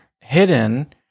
hidden